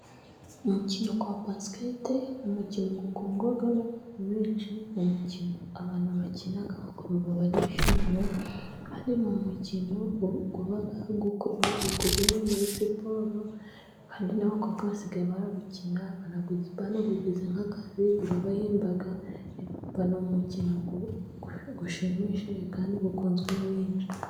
Umukino wa basikete, ni umukino ukundwa n'abantu benshi, ni umukino abantu bakina bakumva barishimye, ahanini umukino uba ukubiye muri siporo, kandi n'abakobwa basigaye bara wukina, banawugi nk'akazi, urabahemba ni mukino ushimishije kandi ukunzwe na benshi.